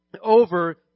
over